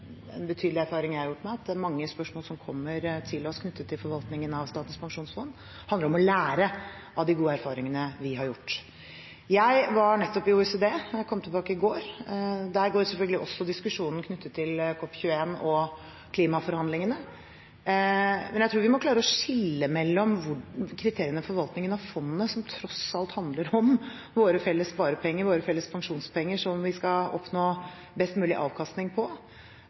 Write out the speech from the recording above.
at mange spørsmål om forvaltningen av Statens pensjonsfond som kommer til oss, handler om å lære av de gode erfaringene vi har gjort. Jeg var nettopp i OECD – jeg kom tilbake i går. Der går selvfølgelig også diskusjonen om COP21 og klimaforhandlingene. Men jeg tror vi må klare å skille mellom kriteriene for forvaltningen av fondet – som tross alt handler om våre felles sparepenger, våre felles pensjonspenger, som vi skal oppnå best mulig avkastning på